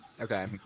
Okay